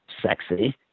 sexy